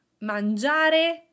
mangiare